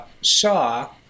saw